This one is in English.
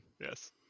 Yes